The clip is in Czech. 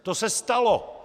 To se stalo!